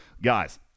Guys